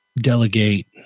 delegate